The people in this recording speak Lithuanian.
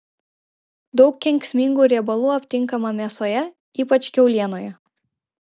daug kenksmingų riebalų aptinkama mėsoje ypač kiaulienoje